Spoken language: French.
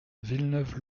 villeneuve